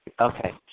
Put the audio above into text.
Okay